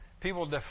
people